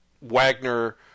Wagner